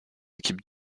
équipes